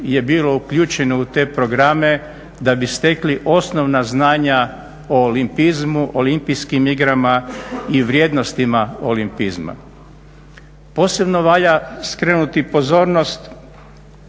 je bilo uključeno u te programe da bi stekli osnovna znanja o olimpizmu, olimpijskim igrama i vrijednostima olimpizma. Posebno valja skrenuti pozornost